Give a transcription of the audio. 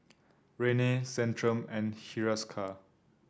Rene Centrum and Hiruscar